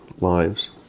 lives